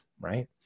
right